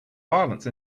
violence